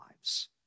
lives